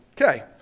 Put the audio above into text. okay